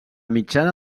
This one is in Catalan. mitjana